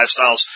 lifestyles